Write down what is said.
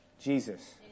Jesus